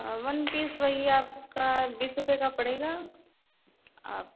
one piece वहीं आपका बीस रुपये का पड़ेगा आप